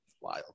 Wild